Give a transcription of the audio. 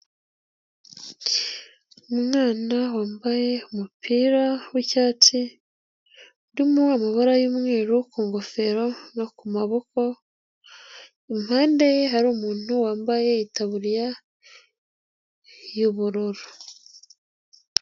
Umwana wambaye umupira w'icyatsi urimo amabara y'umweru ku ngofero no ku maboko, impande ye hari umuntu wambaye itaburiya y'ubururu.